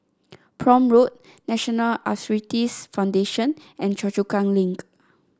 Prome Road National Arthritis Foundation and Choa Chu Kang Link